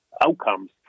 outcomes